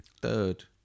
third